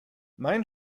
mein